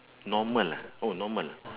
normal ah oh normal